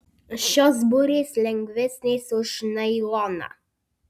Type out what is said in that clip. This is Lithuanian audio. šios burės lengvesnės už nailoną